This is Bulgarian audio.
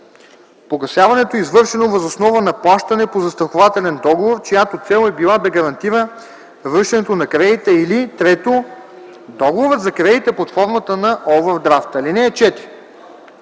погасяването е извършено въз основа на плащане по застрахователен договор, чиято цел е била да гарантира връщането на кредита, или 3. договорът за кредит е под формата на овърдрафт. (4)